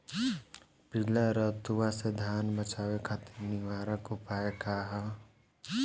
पीला रतुआ से धान बचावे खातिर निवारक उपाय का ह?